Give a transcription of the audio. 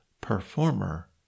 performer